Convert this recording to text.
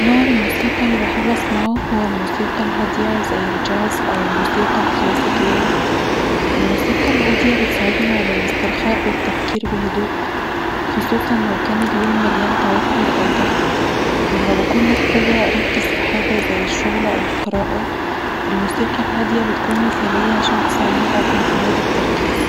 نوع الموسيقى اللي بحب أسمعه هو الموسيقى الهادية زي الجاز أو الموسيقى الكلاسيكية. الموسيقى الهادية بتساعدني على الاسترخاء والتفكير بهدوء، خصوصًا لو كان اليوم مليان توتر أو ضغط. لما بكون محتاج أركز في حاجة زي الشغل أو القراءة، الموسيقى الهادية بتكون مثالية عشان تساعدني أكون في مود التركيز.